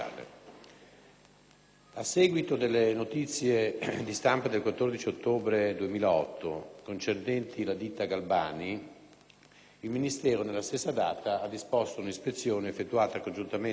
A seguito delle notizie di stampa del 14 ottobre 2008, concernenti la ditta Galbani, il Ministero nella stessa data ha disposto un'ispezione, effettuata congiuntamente dai NAS